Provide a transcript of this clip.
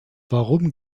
warum